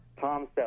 Tom